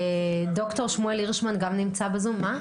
ד"ר שמואל הירשמן גם נמצא בזום.